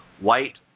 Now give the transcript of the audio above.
white